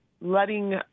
letting